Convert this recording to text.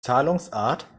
zahlungsart